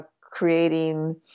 creating